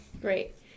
Great